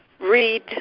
read